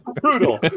Brutal